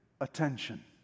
attention